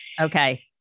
Okay